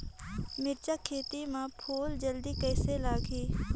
मिरचा खेती मां फल जल्दी कइसे लगही?